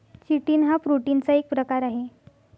chitin हा प्रोटीनचा एक प्रकार आहे